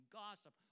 gossip